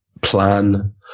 plan